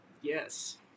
Yes